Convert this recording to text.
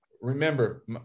remember